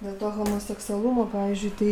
dėl to homoseksualumo pavyzdžiui tai